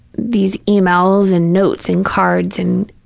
these yeah e-mails and notes and cards and,